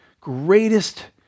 greatest